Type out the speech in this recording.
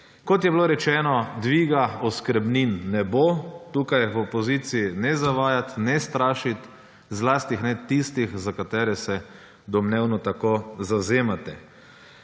Kot je bilo rečeno, dviga oskrbnin ne bo. Tukaj v opoziciji ne zavajati, ne strašiti, zlasti ne tistih, za katere se domnevno tako zavzemate.